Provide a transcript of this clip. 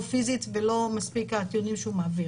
פיזית ולא מספיקים הטיעונים שהוא מעביר.